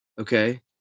Okay